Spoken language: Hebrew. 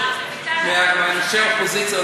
מאנשי האופוזיציה,